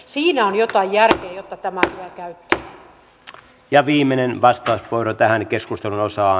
siinä on jotain järkeä jotta tämä tulee käyttöön